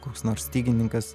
koks nors stygininkas